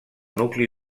nucli